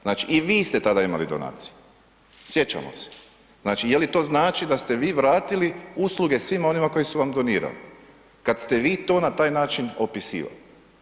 Znači i vi ste tada imali donacije, sjećamo se, znači je li to znači da ste vi vratili usluge svima onima koji su vam donirali kad ste vi to na taj način opisivali.